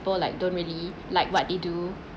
people like don't really like what they do